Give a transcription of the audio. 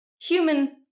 human